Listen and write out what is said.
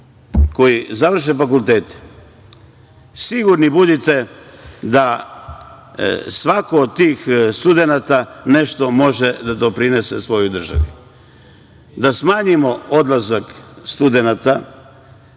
koji završe fakultete, sigurni budite da svaki od tih studenata nešto može da doprinese svojoj državi. Da smanjimo odlazak studenata,